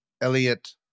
Elliot